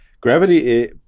Gravity